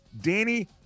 Danny